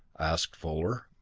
asked fuller.